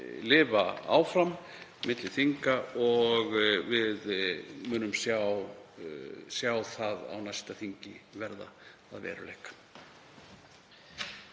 lifa áfram milli þinga og að við munum sjá það á næsta þingi verða að veruleika.